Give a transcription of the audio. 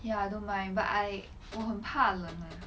ya I don't mind but I 我很怕冷